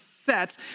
set